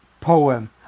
poem